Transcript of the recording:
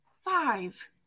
Five